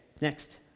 next